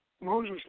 Moses